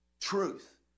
truth